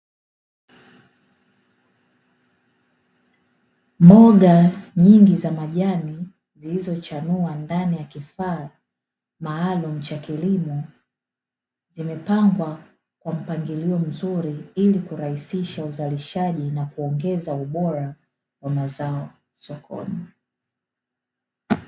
Mboga nyingi za majani zilizochanua ndani ya kifaa maalumu cha kilimo, zimepangwa kwa mpangilio mzuri ili kurahisisha uzalishaji na kuongeza ubora wa mazao sokoni.